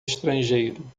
estrangeiro